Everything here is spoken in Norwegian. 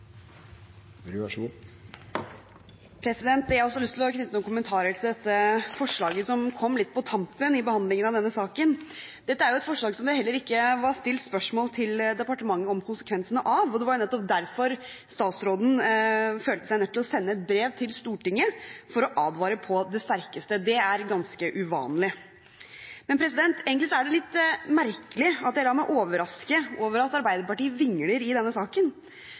jeg har lyst til å knytte noen kommentarer til det forslaget som kom litt på tampen av behandlingen av denne saken. Dette er et forslag som det heller ikke var stilt spørsmål til departementet om konsekvensene av. Det var nettopp derfor statsråden følte seg nødt til å sende et brev til Stortinget for å advare på det sterkeste. Det er ganske uvanlig. Egentlig er det litt merkelig at jeg lar meg overraske over at Arbeiderpartiet vingler i denne saken,